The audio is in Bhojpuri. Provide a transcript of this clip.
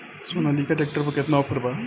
सोनालीका ट्रैक्टर पर केतना ऑफर बा?